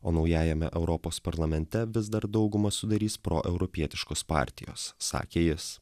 o naujajame europos parlamente vis dar daugumą sudarys proeuropietiškos partijos sakė jis